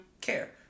care